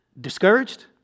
discouraged